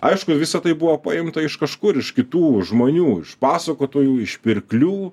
aišku visa tai buvo paimta iš kažkur iš kitų žmonių iš pasakotojų iš pirklių